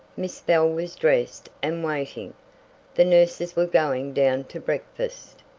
miss bell was dressed and waiting. the nurses were going down to breakfast,